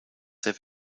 have